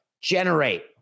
generate